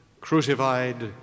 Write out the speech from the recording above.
crucified